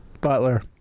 Butler